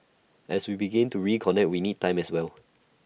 as we begin to reconnect we need time as well